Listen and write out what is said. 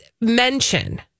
mention